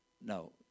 No